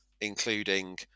including